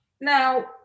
now